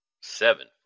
seven